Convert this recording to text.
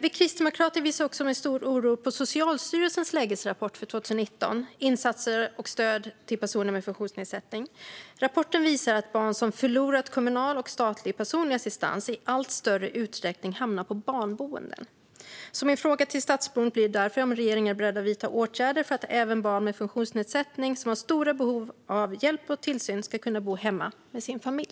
Vi kristdemokrater ser med stor oro på Socialstyrelsens lägesrapport för 2019, Insatser och stöd till personer med funktionsnedsättning . Rapporten visar att barn som förlorat kommunal och statlig personlig assistans i allt större utsträckning hamnar på barnboenden. Min fråga till statsrådet blir därför om regeringen är beredd att vidta åtgärder för att även barn med funktionsnedsättning som har stora behov av hjälp och tillsyn ska kunna bo hemma med sin familj.